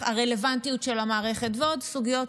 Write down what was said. הרלוונטיות של המערכת, וסוגיות